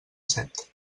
set